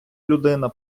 людина